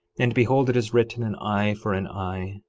and behold, it is written, an eye for an eye,